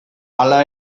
hala